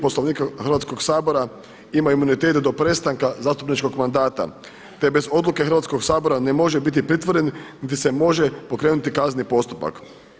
Poslovnika Hrvatskog sabora ima imunitet do prestanka zastupničkog mandata, te bez odluke Hrvatskog sabora ne može biti pritvoren, niti se može pokrenuti kazneni postupak.